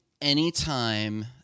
anytime